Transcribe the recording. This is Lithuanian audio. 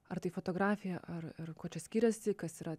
ar tai fotografija ar ar kuo čia skiriasi kas yra